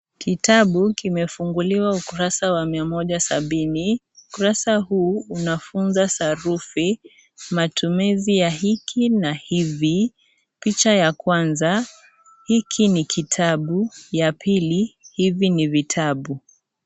Kitabu kimefunguliwa ukurasa wa mia moja hamsini , ukurasa huu unafunza sarufi matumizi ya hiki na hivi. Picha ya kwanza hiki ni kitabu , ya pili hivi ni vitabu.